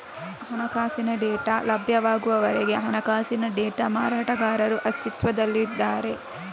ಹಣಕಾಸಿನ ಡೇಟಾ ಲಭ್ಯವಾಗುವವರೆಗೆ ಹಣಕಾಸಿನ ಡೇಟಾ ಮಾರಾಟಗಾರರು ಅಸ್ತಿತ್ವದಲ್ಲಿದ್ದಾರೆ